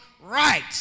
right